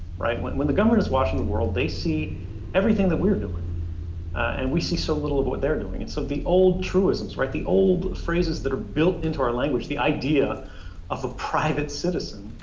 right? when when the government is watching the world they see everything that we're doing and we see so little about what they're doing. and so the old truisms, right, the old phrases that are built into our language, the idea of a private citizen